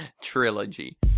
Trilogy